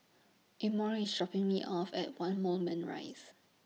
Emory IS Shopping Me off At one Moulmein Rise